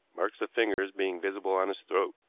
marks of fingers being visible on his throat.